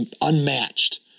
unmatched